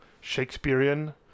Shakespearean